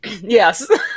Yes